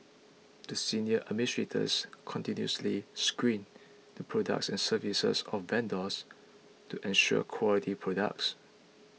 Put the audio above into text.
the senior administrators continuously screened the products and services of vendors to ensure quality products